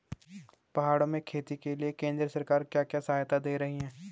पहाड़ों में खेती के लिए केंद्र सरकार क्या क्या सहायता दें रही है?